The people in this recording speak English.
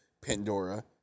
Pandora